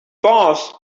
boss